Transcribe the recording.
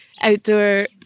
outdoor